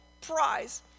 prize